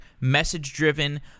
message-driven